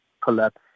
collapse